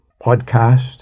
podcast